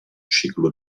ciclo